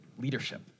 leadership